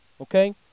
Okay